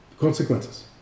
consequences